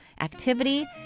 activity